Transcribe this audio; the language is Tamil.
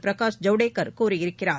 பிரகாஷ் ஐவுடேகர் கூறியிருக்கிறார்